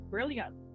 Brilliant